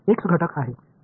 இது இப்போது எந்த வழி